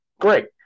Great